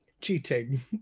Cheating